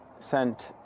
sent